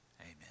Amen